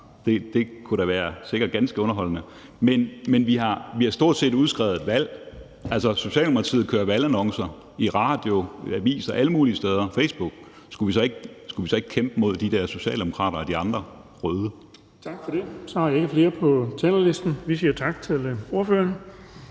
Det kunne da sikkert være ganske underholdende. Men der er stort set udskrevet et valg. Altså, Socialdemokratiet kører valgannoncer i radio, aviser, på Facebook og alle mulige steder. Skulle vi så ikke kæmpe mod de der socialdemokrater og de andre røde? Kl. 15:09 Den fg. formand (Erling Bonnesen): Tak for det. Så har jeg ikke flere på talerlisten, så vi siger tak til ordføreren.